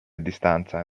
distanza